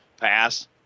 pass